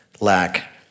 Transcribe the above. lack